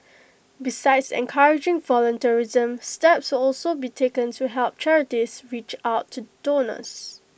besides encouraging volunteerism steps will also be taken to help charities reach out to donors